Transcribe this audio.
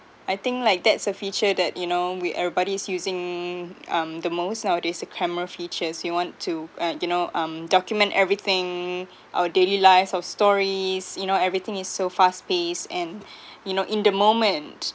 I think like that's a feature that you know we everybody's using um the most nowadays the camera features you want to uh you know um document everything our daily lives of stories you know everything is so fast paced and you know in the moment